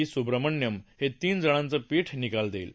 रामासुब्रमण्यम हे तीन जणांचे पीठ निकाल देईल